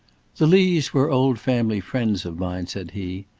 the lees were old family friends of mine, said he.